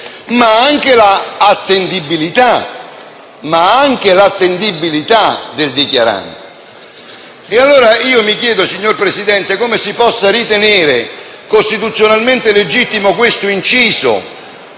ma anche l'attendibilità del dichiarante. Mi chiedo, allora, signor Presidente, come si possa ritenere costituzionalmente legittimo questo inciso,